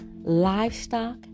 livestock